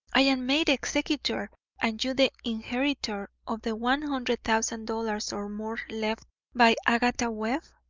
i am made executor and you the inheritor of the one hundred thousand dollars or more left by agatha webb?